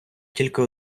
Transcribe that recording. тільки